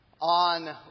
on